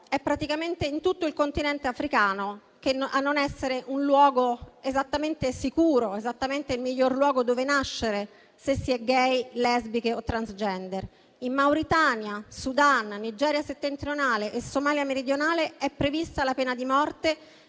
è praticamente tutto il continente africano a non essere un luogo sicuro; non è esattamente il miglior luogo dove nascere se si è *gay*, lesbiche o transgender. In Mauritania, Sudan, Nigeria settentrionale e Somalia meridionale è prevista la pena di morte